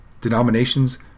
Denominations